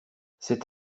c’est